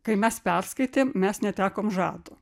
kai mes perskaitėm mes netekom žado